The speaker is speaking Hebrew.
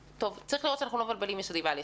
צריך לראות שאנחנו לא מבלבלים יסודי ועל-יסודי,